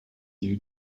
you